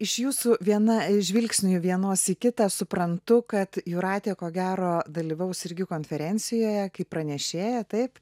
iš jūsų viena iš žvilgsnių vienos į kitą suprantu kad jūratė ko gero dalyvaus irgi konferencijoje kaip pranešėja taip